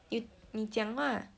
you 你讲话